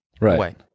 Right